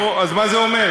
נו, אז מה זה אומר?